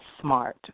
smart